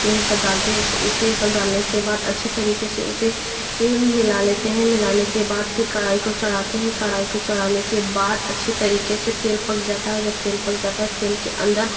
यही सब डालते इसे इसे ये सब डालने के बाद अच्छी तरीके से उसे ये मिला लेते हैं मिलाने के बाद फिर कढ़ाई को चढ़ाते है कढ़ाई को चढ़ाने के बाद अच्छे तरीके से तेल पक जाता है जब तेल पक जाता है तेल के अन्दर